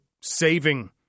saving